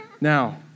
Now